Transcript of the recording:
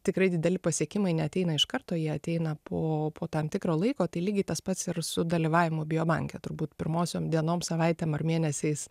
tikrai dideli pasiekimai neateina iš karto jie ateina po po tam tikro laiko tai lygiai tas pats ir su dalyvavimu biobanke turbūt pirmosiom dienom savaitėm ar mėnesiais